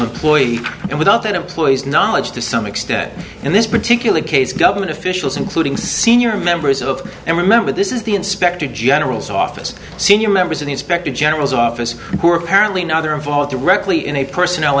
employee and without employees knowledge to some extent in this particular case government officials including senior members of and remember this is the inspector general's office senior members of the inspector general's office who are apparently now they're involved directly in a personnel